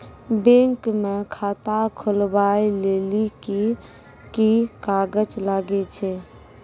Bank म खाता खोलवाय लेली की की कागज लागै छै?